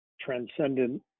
transcendent